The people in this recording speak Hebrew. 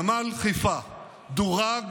נמל חיפה דורג